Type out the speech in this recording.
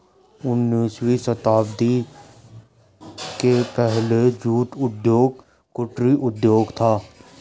उन्नीसवीं शताब्दी के पहले जूट उद्योग कुटीर उद्योग था